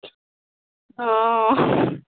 हँ